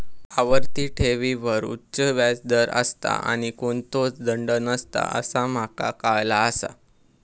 आवर्ती ठेवींवर उच्च व्याज दर असता आणि कोणतोच दंड नसता असा माका काळाला आसा